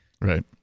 Right